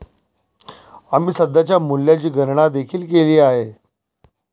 आम्ही सध्याच्या मूल्याची गणना देखील केली आहे